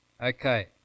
Okay